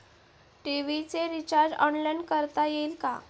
TV चे recharge online करता येईल का?